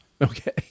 Okay